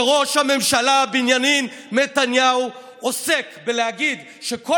וראש הממשלה בנימין נתניהו עוסק בלהגיד שכל